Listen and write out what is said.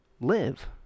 live